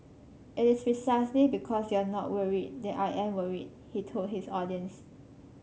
it is precisely because you are not worried that I am worried he told his audience